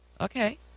Okay